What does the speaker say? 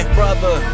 brother